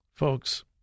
Folks